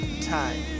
Time